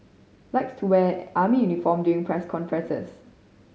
likes to wear army uniform during press conferences